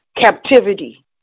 captivity